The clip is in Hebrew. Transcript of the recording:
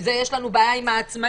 שבזה יש לנו בעיה עם העצמאים,